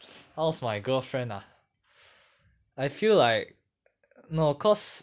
how's my girlfriend ah I feel like no cause